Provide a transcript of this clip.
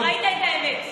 כי ראית את האמת.